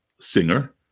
singer